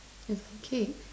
it's like cake